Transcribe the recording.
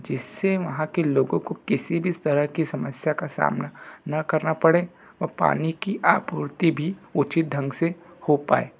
जिससे वहाँ के लोगों को किसी भी तरह की समस्या का सामना ना करना पड़े और पानी की आपूर्ति भी उचित ढंग से हो पाए